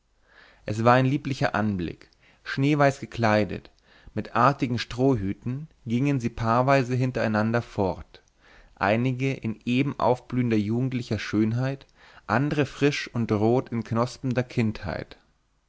es war ein lieblicher anblick schneeweiß gekleidet mit artigen strohhüten gingen sie paarweise hintereinander fort einige in eben aufblühender jugendlicher schönheit andere frisch und rot in knospender kindheit